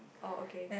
oh okay